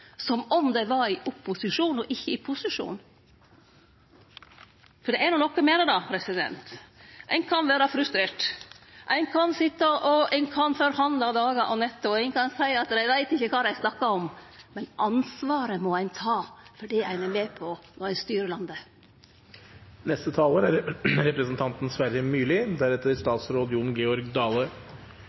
var i opposisjon og ikkje i posisjon. For det er jo noko med at ein kan vere frustrert, ein kan sitje og forhandle i dagar og netter – og ein kan seie at dei veit ikkje kva dei snakkar om – men ansvaret må ein ta, for det er ein med på når ein styrer landet.